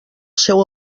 seu